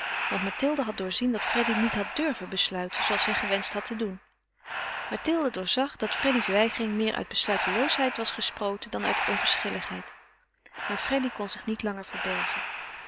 want mathilde had doorzien dat freddy niet had durven besluiten zooals zij gewenscht had te doen mathilde doorzag dat freddy's weigering meer uit besluiteloosheid was gesproten dan uit onverschilligheid maar freddy kon zich niet langer verbergen